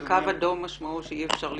קו אדום, משמעו שאי אפשר לשאוב.